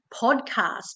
podcast